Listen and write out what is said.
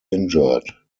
injured